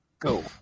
go